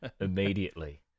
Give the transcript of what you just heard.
immediately